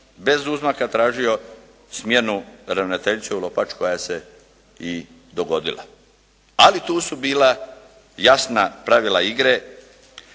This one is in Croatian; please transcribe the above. bez uzmaka tražio smjenu ravnateljice u Lopaču koja se i dogodila. Ali tu su bila jasna pravila igre,